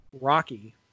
Rocky